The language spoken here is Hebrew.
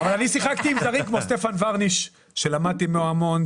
אני שיחקתי עם זרים כמו סטפן ורנייש שלמדתי ממנו המון,